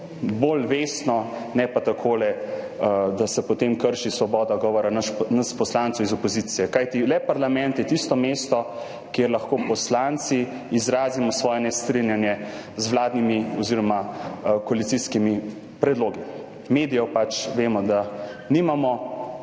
bolj vestno, ne pa takole, da se potem krši svoboda govora nas poslancev iz opozicije. Kajti le parlament je tisto mesto, kjer lahko poslanci izrazimo svoje nestrinjanje z vladnimi oziroma koalicijskimi predlogi. Medijev pač vemo, da nimamo,